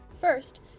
First